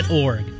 .org